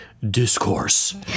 discourse